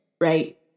right